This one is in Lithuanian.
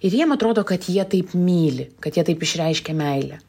ir jiem atrodo kad jie taip myli kad jie taip išreiškia meilę